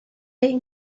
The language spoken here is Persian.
این